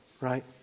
right